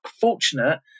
fortunate